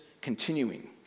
continuing